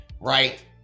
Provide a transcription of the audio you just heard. Right